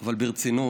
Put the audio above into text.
אבל ברצינות,